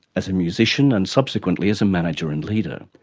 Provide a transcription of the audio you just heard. as a musician and subsequently as a manager and leader.